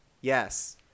Yes